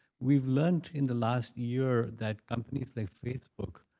we've learned in the last year that, companies like facebook,